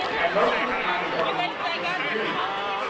and most of the time, the government succeeds in doing so.